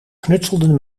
knutselden